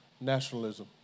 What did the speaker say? nationalism